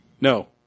No